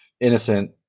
innocent